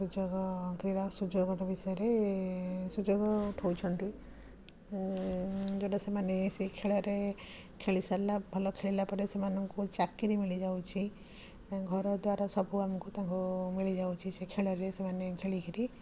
ସୁଯୋଗ କ୍ରୀଡ଼ା ଓ ସୁଯୋଗ ବିଷୟରେ ସୁଯୋଗ ଉଠାଉଛନ୍ତି ଯେଉଁଟା ସେମାନେ ସେହି ଖେଳରେ ଖେଳି ସାରିଲା ଭଲ ଖେଳିଲା ପରେ ସେମାନଙ୍କୁ ଚାକିରୀ ମିଳି ଯାଉଛି ଘର ଦ୍ୱାର ସବୁ ଆମକୁ ତାଙ୍କୁ ମିଳି ଯାଉଛି ସେ ଖେଳରେ ସେମାନେ ଖେଳିକିରି